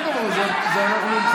ידע כל עצמאי בישראל שאביר